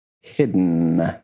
Hidden